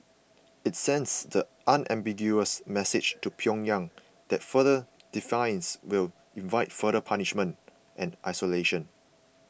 it sends the unambiguous message to Pyongyang that further defiance will invite further punishment and isolation